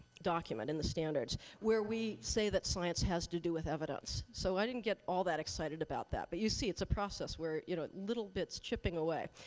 document, in the standards, where we say that science has to do with evidence. so i didn't get all that excited about that. but you see, it's a process, where you know little bits chipping away.